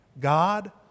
God